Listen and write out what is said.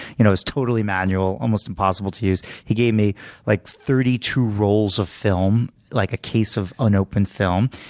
it was totally manual, almost impossible to use. he gave me like thirty two rolls of film, like a case of unopened film,